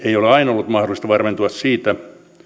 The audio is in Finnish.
ollut mahdollista varmentua siitä